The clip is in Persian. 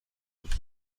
بود